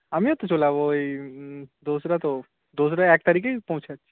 আমিও তো চলে আসব ওই দোসরা তো দোসরা এক তারিখেই পৌঁছাচ্ছি